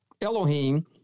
Elohim